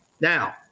Now